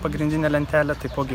pagrindinę lentelę taipogi